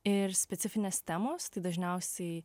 ir specifinės temos tai dažniausiai